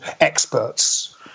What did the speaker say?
experts